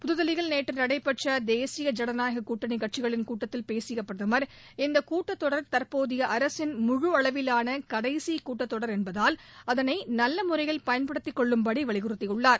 புதுதில்லியில் நேற்று நடைபெற்ற தேசிய ஜனநாயக கூட்டணி கட்சிகளின் கூட்டத்தில் பேசிய பிரதமர் இந்தக் கூட்டத்தொடர் தற்போதைய அரசின் முழு அளவிலான கடைசி கூட்டத்தொடர் என்பதால் அதனை நல்ல முறையில் பயன்படுத்திக் கொள்ளும்படி வலியுறுத்தியுள்ளார்